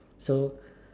so